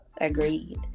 Agreed